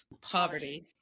Poverty